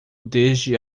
desde